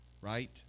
right